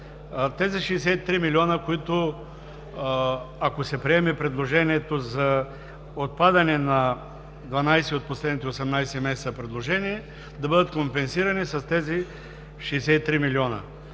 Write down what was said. тези 63 млн. лв., които ако се приеме предложението за отпадане на 12 от последните 18 месеца, да бъдат компенсирани с тези 63 млн.